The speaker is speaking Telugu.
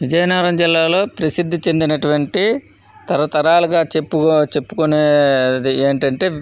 విజయనగరం జిల్లాలో ప్రసిద్ధి చెందినటువంటి తరతరాలుగా చెప్పు చెప్పుకునేది ఏంటంటే